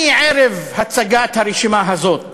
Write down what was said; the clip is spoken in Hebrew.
אני, ערב הצגת הרשימה הזאת